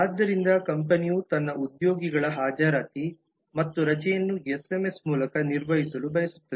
ಆದ್ದರಿಂದ ಕಂಪನಿಯು ತನ್ನ ಉದ್ಯೋಗಿಗಳ ಹಾಜರಾತಿ ಮತ್ತು ರಜೆಯನ್ನು ಎಸ್ಎಂಎಸ್ ಮೂಲಕ ನಿರ್ವಹಿಸಲು ಬಯಸುತ್ತದೆ